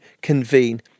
Convene